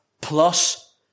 plus